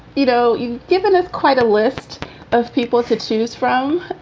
you know, you've given us quite a list of people to choose from.